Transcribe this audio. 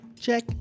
check